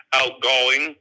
outgoing